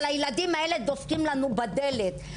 אבל הילדים האלה דופקים לנו בדלת,